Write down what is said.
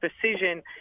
precision